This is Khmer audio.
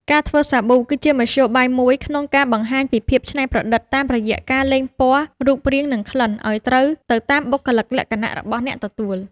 ការធ្វើសាប៊ូគឺជាមធ្យោបាយមួយក្នុងការបង្ហាញពីភាពច្នៃប្រឌិតតាមរយៈការលេងពណ៌ រូបរាង និងក្លិនឱ្យត្រូវទៅតាមបុគ្គលិកលក្ខណៈរបស់អ្នកទទួល។